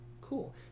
Cool